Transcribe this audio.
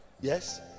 yes